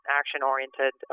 action-oriented